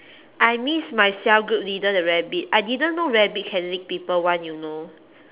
I miss my cell group leader the rabbit I didn't know rabbit can lick people [one] you know